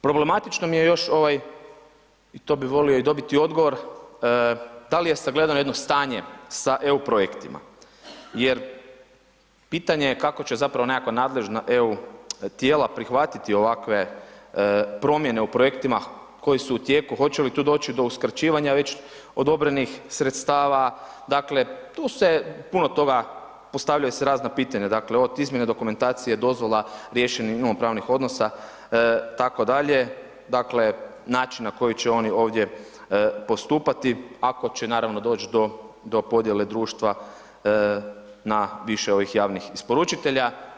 Problematično mi je još, i to bi volio i dobiti odgovor, da li je sagledano jedno stanje sa EU projektima jer pitanje kako će zapravo nekakva nadležna tijela prihvatiti ovakve promjene u projektima koji su tijeku, hoće li tu doći do uskraćivanja već odobrenih sredstava, dakle tu se puno toga, postavljaju se razna pitanja, dakle od izmjene dokumentacije, dozvola riješenih imovinsko-pravnih odnosa itd., dakle način na koji će oni ovdje postupati, ako će naravno doći do podjele društva na više ovih javnih isporučitelja.